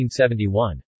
1971